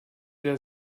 der